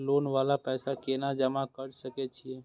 Loan वाला पैसा केना जमा कर सके छीये?